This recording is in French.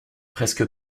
presque